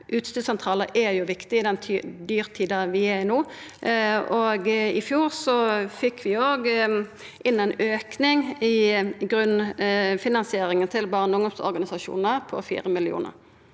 Utstyrssentralar er viktig i den dyrtida vi er i no. I fjor fekk vi òg inn ein auke i grunnfinansieringa til barne- og ungdomsorganisasjonar på 4 mill. kr.